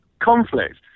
conflict